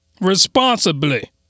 Responsibly